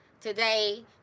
today